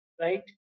right